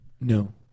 No